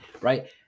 right